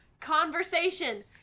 conversation